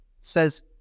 says